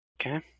Okay